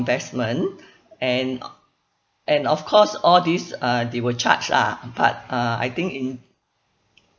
investment and o~ and of course all these uh they will charge lah but uh I think in